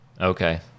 Okay